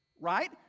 Right